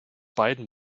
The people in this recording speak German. beiden